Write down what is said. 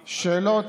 שאלות,